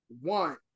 one